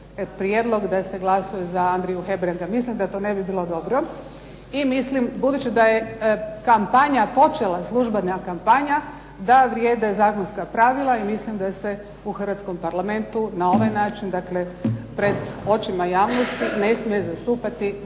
prijedlog da se glasuje za Andriju Hebranga. Mislim da to ne bi bilo dobro. I mislim da budući da je službena kampanja počela, da vrijede zakonska pravila i mislim da se u hrvatskom Parlamentu na ovaj način pred očima javnosti ne smije zastupati